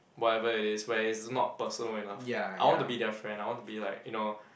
whatever it is but it's not personal enough I want to be their friend I want to be like you know